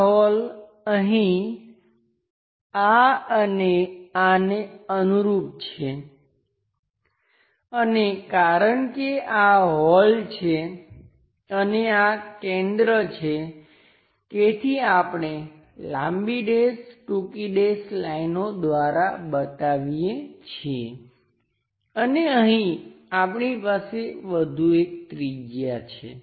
આ હોલ અહીં આ અને આને અનુરૂપ છે અને કારણ કે આ હોલ છે અને આ કેન્દ્ર છે તેથી આપણે લાંબી ડેશ ટૂંકી ડેશ લાઈનો દ્વારા બતાવીએ છીએ અને અહીં આપણી પાસે વધુ એક ત્રિજ્યા છે